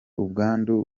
ubwandu